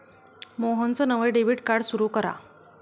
मोहनचं नवं debit card सुरू करा